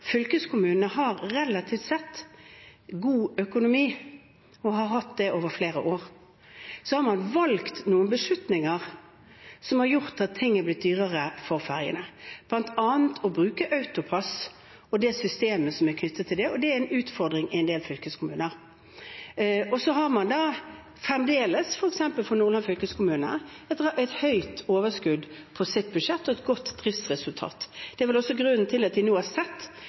fylkeskommunene relativt sett har god økonomi, og har hatt det over flere år. Så har man tatt noen beslutninger som har gjort at det har blitt dyrere for fergene, bl.a. å bruke AutoPASS, og det systemet som er knyttet til det, og det er en utfordring i en del fylkeskommuner. Så har fremdeles noen av fylkeskommunene et høyt overskudd på sine budsjett og et godt driftsresultat. Det er vel også grunnen til at de nå har sett